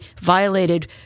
violated